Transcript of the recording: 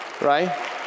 right